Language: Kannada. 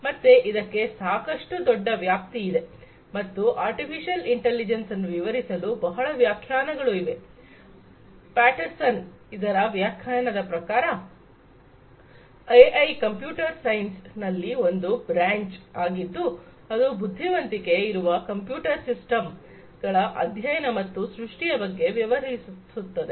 ಮತ್ತೆ ಇದಕ್ಕೆ ಸಾಕಷ್ಟು ದೊಡ್ಡ ವ್ಯಾಪ್ತಿ ಇದೆ ಮತ್ತು ಆರ್ಟಿಫಿಶಿಯಲ್ ಇಂಟಲಿಜೆನ್ಸ್ ಅನ್ನು ವಿವರಿಸಲು ಬಹಳ ವ್ಯಾಖ್ಯಾನಗಳು ಇವೆ ಪ್ಯಾಟರ್ಸನ್ ಅವರ ವ್ಯಾಖ್ಯಾನದ ಪ್ರಕಾರ ಎಐ ಕಂಪ್ಯೂಟರ್ ಸೈನ್ಸ್ ನಲ್ಲಿ ಒಂದು ಬ್ರಾಂಚ್ ಆಗಿದ್ದು ಅದು ಬುದ್ಧಿವಂತಿಕೆ ಇರುವ ಕಂಪ್ಯೂಟರ್ ಸಿಸ್ಟಮ್ ಗಳ ಅಧ್ಯಯನ ಮತ್ತು ಸೃಷ್ಟಿಯ ಬಗ್ಗೆ ವ್ಯವಹರಿಸುತ್ತದೆ